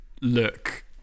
look